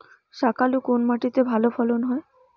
শাকালু কোন মাটিতে ভালো ফলন হয়?